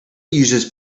uses